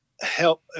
help